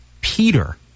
Peter